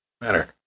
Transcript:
matter